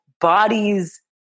bodies